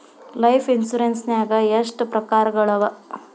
Life insurance ನ್ಯಾಗ ಎಷ್ಟ್ ಪ್ರಕಾರ್ಗಳವ?